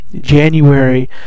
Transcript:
January